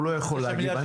הוא לא יכול להגיד.